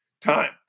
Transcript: time